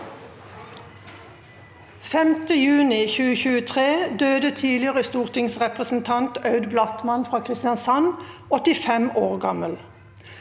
5. juni 2023 døde tidligere stortingsrepresentant Aud Blattmann fra Kristiansand, 85 år gammel.